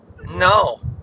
no